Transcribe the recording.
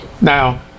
now